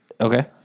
Okay